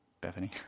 bethany